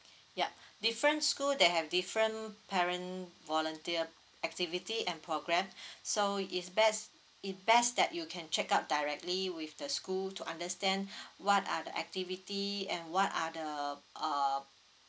yup different school they have different parent volunteer activity and program so is best it best that you can check out directly with the school to understand what are the activity and what are the uh